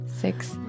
six